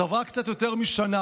אז עברה קצת יותר משנה,